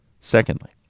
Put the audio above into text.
secondly